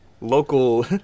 local